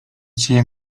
cię